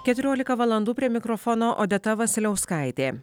keturiolika valandų prie mikrofono odeta vasiliauskaitė